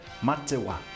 Matewa